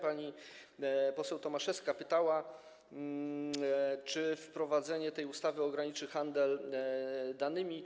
Pani poseł Tomaszewska pytała, czy wprowadzenie tej ustawy ograniczy handel danymi.